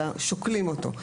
אלא שוקלים אותו.